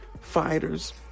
fighters